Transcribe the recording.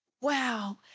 Wow